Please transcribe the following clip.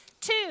Two